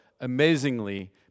amazingly